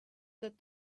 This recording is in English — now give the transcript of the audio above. that